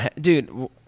Dude